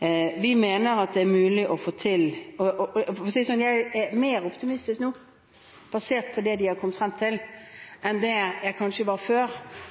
og vi mener at det er mulig å få til. Jeg er mer optimistisk nå, basert på det en har kommet frem til, enn det jeg kanskje var før,